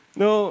no